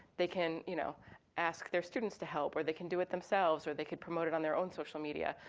they can you know ask their students to help or they can do it themselves or they could promote it on their own social media.